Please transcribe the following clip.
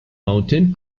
mountain